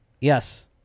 Yes